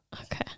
okay